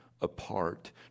apart